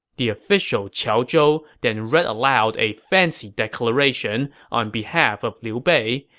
the official qiao zhou then read aloud a fancy declaration on behalf of liu bei,